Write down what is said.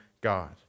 God